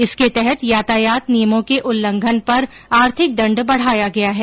इसके तहत यातायात नियमों के उल्लंघन पर आर्थिक दंड बढ़ाया गया है